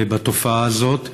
בתופעה הזאת.